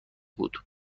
بود